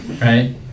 right